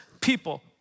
people